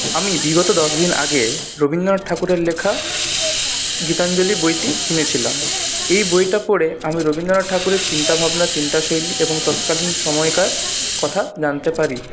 আমি বিগত দশদিন আগে রবীন্দ্রনাথ ঠাকুরের লেখা গীতাঞ্জলি বইটি কিনেছিলাম এই বইটা পড়ে আমি রবীন্দ্রনাথ ঠাকুরের চিন্তাভাবনা চিন্তা শৈলী এবং তৎকালীন সময়কার কথা জানতে পারি